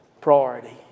priority